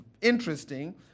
interesting